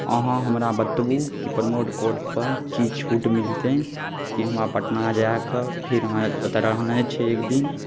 अहाँ हमरा बतबू कि प्रमोट कोडपर की छूट मिलतै कि हमरा पटना जाकऽ फेर हमरा ओतऽ रहनाइ छै एक दिन